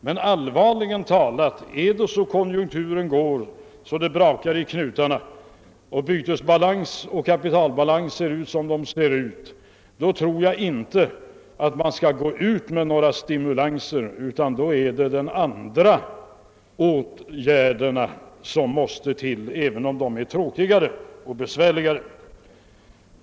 Men — allvarligt talat — om konjunkturen är sådan att det knakar i knutarna och bytesbalansen och kapitalbalansen ser ut som de gör, då tror jag inte att man skall gå ut med några stimulansåtgärder, utan då är det de andra åtgärderna som måste till, även om dessa är tråkigare och besvärligare.